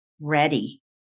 ready